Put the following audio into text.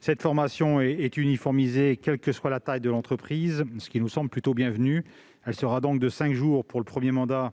Cette formation est uniformisée, quelle que soit la taille de l'entreprise, ce qui nous semble tout à fait bienvenu. Elle sera de cinq jours pour le premier mandat